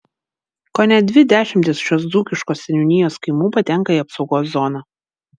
kone dvi dešimtys šios dzūkiškos seniūnijos kaimų patenka į apsaugos zoną